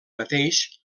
mateix